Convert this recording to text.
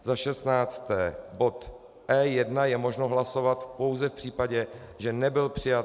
Za šestnácté bod E1 je možno hlasovat pouze v případě, že nebyl přijat bod B8.